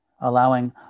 allowing